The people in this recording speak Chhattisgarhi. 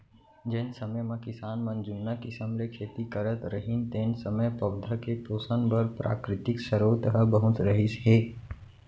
जेन समे म किसान मन जुन्ना किसम ले खेती करत रहिन तेन समय पउधा के पोसन बर प्राकृतिक सरोत ह बहुत रहिस हे